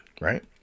right